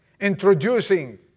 Introducing